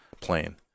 plane